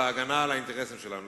בהגנה על האינטרסים שלנו.